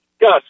Gus